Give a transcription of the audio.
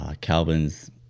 Calvin's